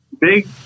Big